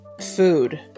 food